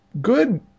Good